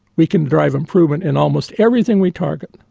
we can drive improvement in almost everything we target.